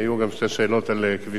היו גם שתי שאלות על כבישים,